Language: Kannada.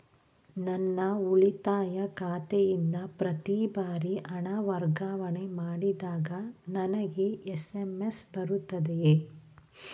ನನ್ನ ಉಳಿತಾಯ ಖಾತೆಯಿಂದ ಪ್ರತಿ ಬಾರಿ ಹಣ ವರ್ಗಾವಣೆ ಮಾಡಿದಾಗ ನನಗೆ ಎಸ್.ಎಂ.ಎಸ್ ಬರುತ್ತದೆಯೇ?